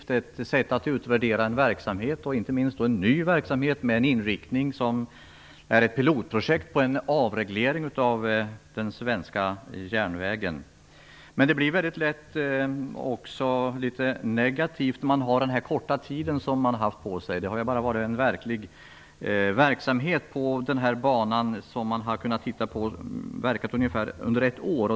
Det är ett sätt att utvärdera en verksamhet, och då inte minst en ny verksamhet som är ett pilotprojekt för en avreglering av den svenska järnvägen. Det blir väldigt lätt litet negativt, eftersom man har haft kort tid på sig. Verksamheten på banan har bara varit i gång under ungefär ett år.